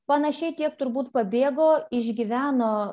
panašiai tiek turbūt pabėgo išgyveno